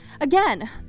Again